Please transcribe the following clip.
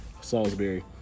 Salisbury